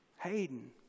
Hayden